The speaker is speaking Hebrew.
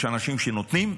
יש אנשים שנותנים,